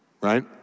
Right